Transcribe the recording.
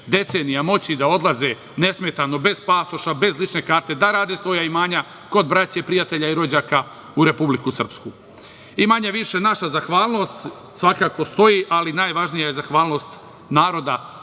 decenija moći da odlaze nesmetano, bez pasoša, bez lične karte, da rade svoja imanja, kod braće, prijatelja i rođaka u Republiku Srpsku. Manje-više naša zahvalnost svakako stoji, ali najvažnija je zahvalnost naroda,